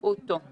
הוא עוד לא.